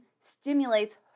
stimulates